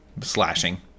slashing